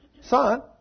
Son